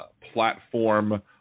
platform